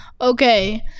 Okay